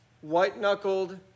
white-knuckled